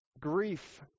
grief